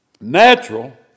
natural